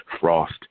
Frost